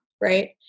right